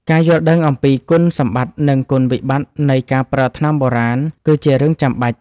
ការយល់ដឹងអំពីគុណសម្បត្តិ និងគុណវិបត្តិនៃការប្រើថ្នាំបុរាណ គឺជារឿងចាំបាច់។